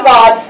God